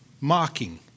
mocking